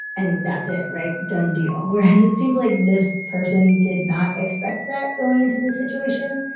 and that's it. right. done deal. whereas it seems like this person did not expect that going into this situation.